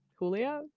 julia